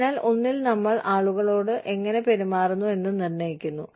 അതിനാൽ ഒന്നിൽ നമ്മൾ ആളുകളോട് എങ്ങനെ പെരുമാറുന്നു എന്ന് നിർണ്ണയിക്കുന്നു